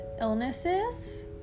illnesses